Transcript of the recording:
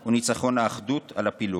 הוא ניצחון האחדות על הפילוג.